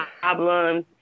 problems